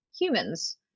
humans